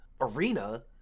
Arena